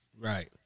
Right